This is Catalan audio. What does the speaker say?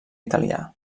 italià